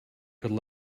could